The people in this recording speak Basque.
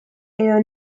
edo